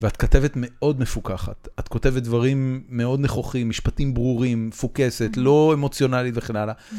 ואת כתבת מאוד מפוקחת, את כותבת דברים מאוד נכוחים, משפטים ברורים, מפוקסת, לא אמוציונלית וכן הלאה.